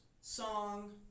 song